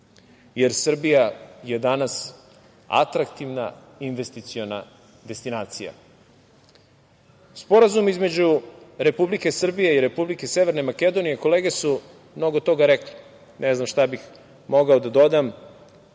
jer Srbija je danas atraktivna investiciona destinacija. Sporazum između Republike Srbije i Republike Severne Makedonije, kolege su mnogo toga rekle, ne znam šta bih mogao da dodam,